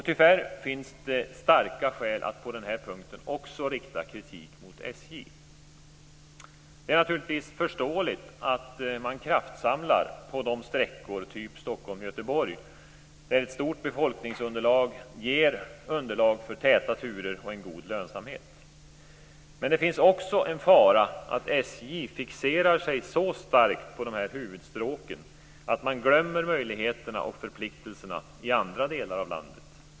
Tyvärr finns det starka skäl att på den här punkten rikta kritik också mot SJ. Det är naturligtvis förståeligt att man kraftsamlar på sträckor typ Stockholm Göteborg, där ett stort befolkningsunderlag ger underlag för täta turer och en god lönsamhet. Men det finns också en fara att SJ fixerar sig så starkt på dessa huvudstråk att man glömmer möjligheterna och förpliktelserna i andra delar av landet.